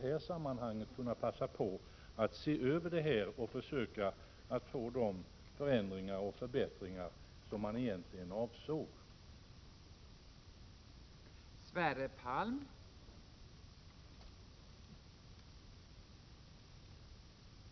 Jag anser att man bör göra en översyn och försöka få till stånd de förändringar och förbättringar som man egentligen avser att åstadkomma.